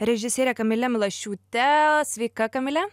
režisiere kamile milašiūte sveika kamile